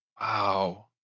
Wow